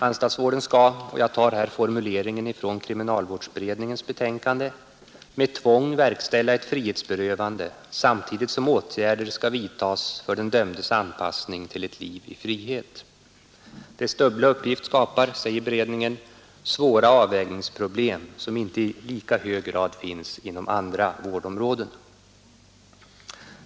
Anstaltsvården skall — jag tar här formuleringen från kriminalvårdsberedningens betänkande — med tvång verkställa ett frihetsberövande samtidigt som åtgärder skall vidtas för den dömdes anpassning till ett liv i frihet. Dess dubbla uppgift skapar, säger beredningen, svåra avvägningsproblem som inte i lika hög grad finns inom andra vårdområden.